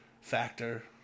factor